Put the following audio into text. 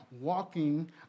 walking